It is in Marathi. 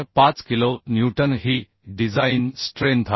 5 किलो न्यूटन ही डिझाइन स्ट्रेंथ आहे